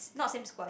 not same